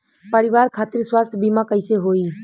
परिवार खातिर स्वास्थ्य बीमा कैसे होई?